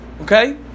okay